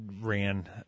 ran